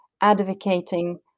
advocating